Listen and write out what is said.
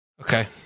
okay